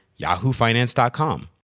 yahoofinance.com